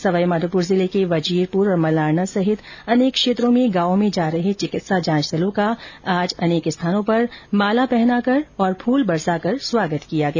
सवाईमाधोपुर जिले के वजीरप्र और मलारना सहित अनेक क्षेत्रों में गांव में जा रहे चिकित्सा जांच दलों का आज अनेक स्थानों पर माला पहनाकर और फूल बरसा कर स्वागत किया गया